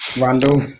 Randall